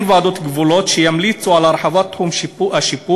ועדות גבולות שימליצו על הרחבת תחום השיפוט,